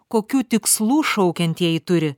kokių tikslų šaukiantieji turi